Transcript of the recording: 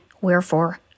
Wherefore